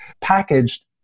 packaged